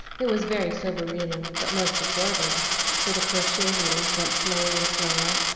it was very sober reading, but most absorbing for the crochet needles went slower and slower,